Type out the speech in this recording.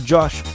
Josh